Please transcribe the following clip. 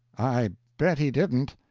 i bet he didn't.